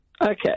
Okay